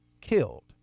killed